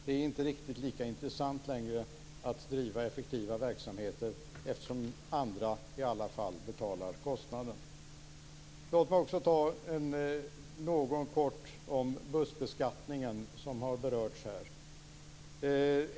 Det är inte längre riktigt lika intressant att driva effektiva verksamheter eftersom andra i alla fall står för kostnaden. Frågan om bussbeskattningen har berörts här.